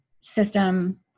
system